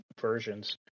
versions